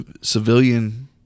civilian